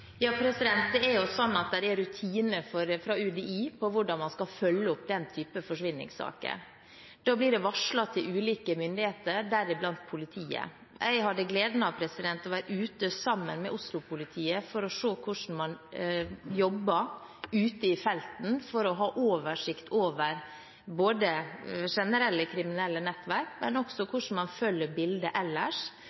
Det er rutiner hos UDI for hvordan man skal følge opp den typen forsvinningssaker. Da blir det varslet til ulike myndighetsinstanser, deriblant politiet. Jeg hadde gleden av å være ute sammen med Oslo-politiet for å se hvordan man jobber ute i felten, både for å ha oversikt over generelle kriminelle nettverk og hvordan man følger bildet ellers, bl.a. knyttet til personer som er forsvunnet. Det kan også